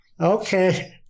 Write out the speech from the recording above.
Okay